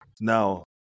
now